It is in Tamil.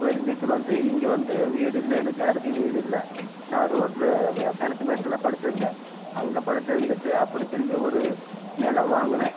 குடி இருந்துவிட்டு வந்து இங்கே வந்து வீடு இல்லை எனக்கு வீடு இல்லை நான் ரோட்டில் கிணத்து மேட்டில் தான் படுத்திருந்தேன் அங்கே படுத்து இருந்துவிட்டு அப்பறம் திரும்பி ஒரு நிலம் வாங்கினேன்